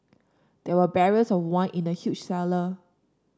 there were barrels of wine in the huge cellar